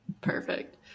Perfect